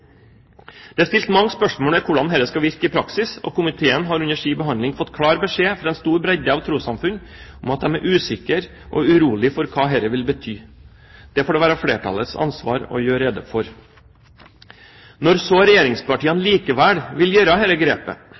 Det er stilt mange spørsmål om hvordan dette skal virke i praksis, og komiteen har under sin behandling fått klar beskjed fra en stor bredde av trossamfunn om at de er usikre og urolige for hva dette vil bety. Det får det være flertallets ansvar å gjøre rede for. Når så regjeringspartiene likevel vil gjøre dette grepet,